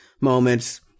moments